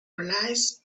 realize